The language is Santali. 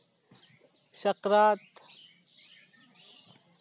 ᱥᱟᱠᱨᱟᱛ